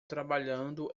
trabalhando